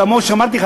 כמו שאמרתי לך,